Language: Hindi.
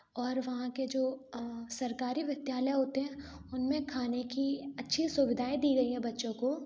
और वहाँ के जो अ सरकारी विद्यालय होते हैं उनमें खाने की अच्छी सुविधाएँ दी गई हैं बच्चों को